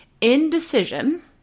indecision